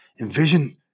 Envision